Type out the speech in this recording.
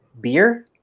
beer